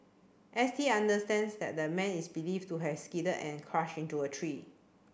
S T understands that the man is believed to have skidded and crashed into a tree